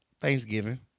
Thanksgiving